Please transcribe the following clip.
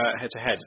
head-to-head